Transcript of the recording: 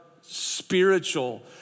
spiritual